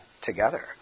together